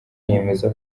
yemeza